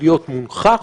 להיות מונכח,